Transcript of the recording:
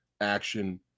action